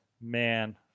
Man